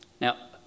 now